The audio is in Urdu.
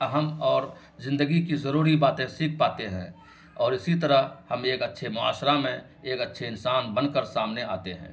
اہم اور زندگی کی ضروری باتیں سیکھ پاتے ہیں اور اسی طرح ہم ایک اچھے معاشرہ میں ایک اچھے انسان بن کر سامنے آتے ہیں